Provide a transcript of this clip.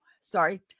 sorry